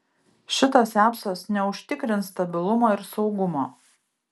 šitas apsas neužtikrins stabilumo ir saugumo